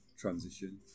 transition